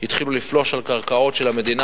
התחילו לפלוש לקרקעות של המדינה,